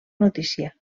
notícia